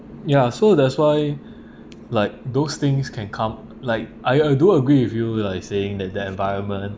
ya so that's why like those things can come like I uh do agree with you like saying that the environment